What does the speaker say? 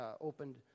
opened